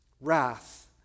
wrath